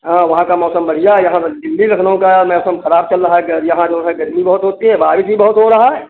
हाँ वहाँ का मौसम बढ़िया है यहाँ पर दिल्ली लखनऊ का मौसम ख़राब चल रहा है यहाँ जो है गर्मी बहुत होती है बारिश भी बहुत हो रही है